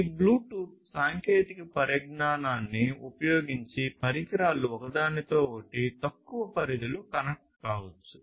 ఈ బ్లూటూత్ సాంకేతిక పరిజ్ఞానాన్ని ఉపయోగించి పరికరాలు ఒకదానితో ఒకటి తక్కువ పరిధిలో కనెక్ట్ కావచ్చు